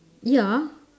ya